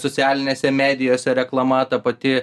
socialinėse medijose reklama ta pati